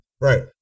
right